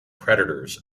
predators